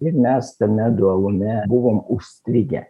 ir mes tame dualume buvom užstrigę